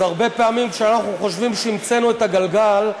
אז הרבה פעמים, כשאנחנו חושבים שהמצאנו את הגלגל,